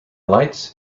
lights